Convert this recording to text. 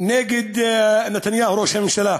נגד נתניהו, ראש הממשלה.